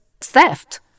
theft